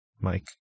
Mike